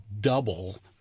double